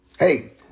Hey